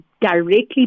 directly